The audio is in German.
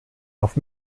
auf